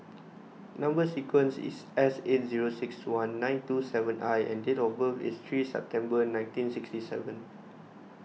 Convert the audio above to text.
Number Sequence is S eight zero six one nine two seven I and date of birth is three September nineteen sixty seven